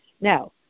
Now